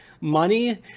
money